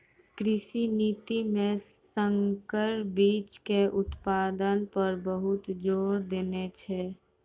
कृषि नीति मॅ संकर बीच के उत्पादन पर बहुत जोर देने छै